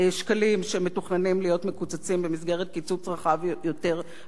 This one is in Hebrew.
שמתוכננים להיות מקוצצים במסגרת קיצוץ רחב יותר ביום ראשון,